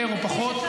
יותר או פחות.